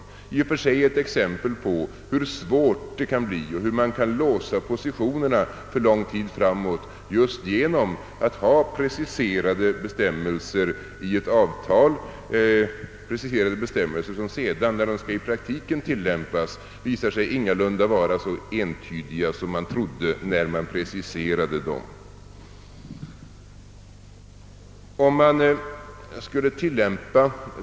Detta är i och för sig ett exempel på hur svårt det kan bli och hur man kan låsa fast positionerna för lång tid framåt, om ett avtal innehåller preciserade bestämmelser, som vid praktisk tillämpning ingalunda visar sig vara så entydiga som man trodde när bestämmelserna preciserades.